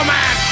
Man